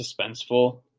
suspenseful